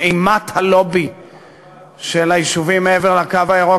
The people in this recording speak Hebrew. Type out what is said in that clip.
מאימת הלובי של היישובים מעבר לקו הירוק,